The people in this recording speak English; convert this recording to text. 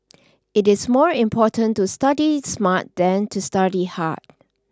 it is more important to study smart than to study hard